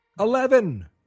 Eleven